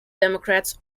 democrats